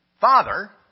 Father